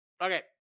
Okay